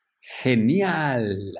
Genial